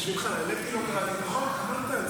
ההצעה להעביר את